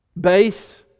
base